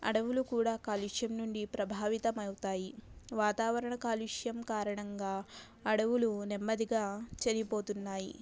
అడవులు కూడా కాలుష్యం నుండి ప్రభావితం అవుతాయి వాతావరణ కాలుష్యం కారణంగా అడవులు నెమ్మదిగా చనిపోతున్నాయి